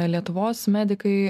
lietuvos medikai